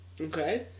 Okay